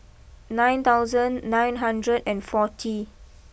nine thousand nine hundred and forty